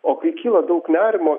o kai kyla daug nerimo